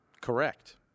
correct